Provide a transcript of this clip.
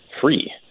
free